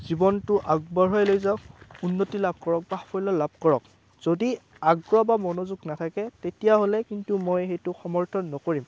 জীৱনটো আগবঢ়াই লৈ যাওক উন্নতি লাভ কৰক বা সাফল্য লাভ কৰক যদি আগ্ৰহ বা মনোযোগ নাথাকে তেতিয়াহ'লে কিন্তু মই সেইটো সমৰ্থন নকৰিম